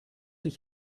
ich